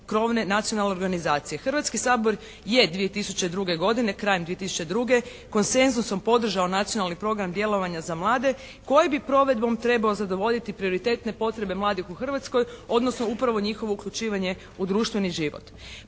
Hrvatski sabor je 2002. godine, krajem 2002. konsenzusom podržao Nacionalni program djelovanja za mlade koji bi provedbom trebao zadovoljiti prioritetne potrebe mladih u Hrvatskoj, odnosno upravo njihovo uključivanje u društveni život.